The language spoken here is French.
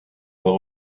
bas